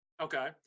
okay